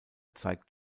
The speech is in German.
zeigt